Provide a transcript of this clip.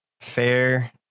fair